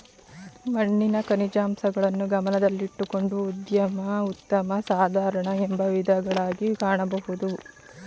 ಮಣ್ಣಿನ ಖನಿಜಾಂಶಗಳನ್ನು ಗಮನದಲ್ಲಿಟ್ಟುಕೊಂಡು ಮಧ್ಯಮ ಉತ್ತಮ ಸಾಧಾರಣ ಎಂಬ ವಿಧಗಳಗಿ ಕಾಣಬೋದು